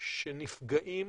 שנפגעים